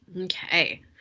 Okay